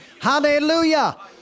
Hallelujah